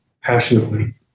passionately